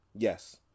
Yes